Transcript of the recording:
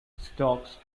stocks